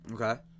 Okay